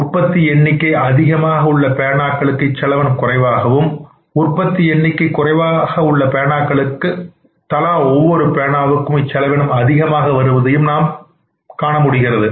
உற்பத்தி எண்ணிக்கை அதிகமாக உள்ள பேனாக்களுக்கு இச்செலவினம் குறைவாகவும் உற்பத்தி எண்ணிக்கை குறைவாக உள்ளபேனாக்களுக்கு தலா ஒவ்வொரு பேனாவுக்கு இச்செலவினம் அதிகமாகவும் வருவதை நாம் காணமுடியும்